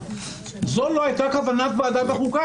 זאת לא הייתה כוונת ועדת החוקה.